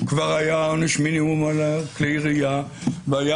כבר היה עונש מינימום על כלי ירייה והיה